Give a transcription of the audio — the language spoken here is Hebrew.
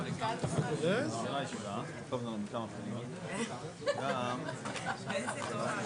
צוהריים טובים לכולם, אדוני ראש העיר,